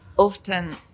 often